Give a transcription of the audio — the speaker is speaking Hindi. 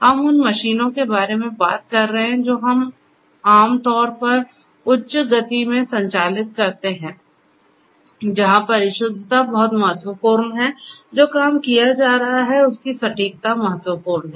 हम उन मशीनों के बारे में बात कर रहे हैं जो आम तौर पर उच्च गति में संचालित होती हैं जहां परिशुद्धता बहुत महत्वपूर्ण है जो काम किया जा रहा है उसकी सटीकता महत्वपूर्ण है